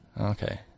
Okay